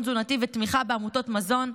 ותמיכה בעמותות מזון,